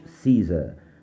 Caesar